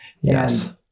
Yes